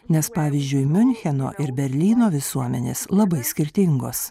nes pavyzdžiui miuncheno ir berlyno visuomenės labai skirtingos